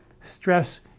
stress